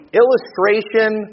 illustration